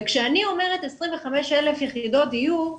וכשאני אומרת 25,000 יחידות דיור,